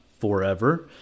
forever